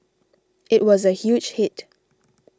it was a huge hit